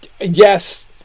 yes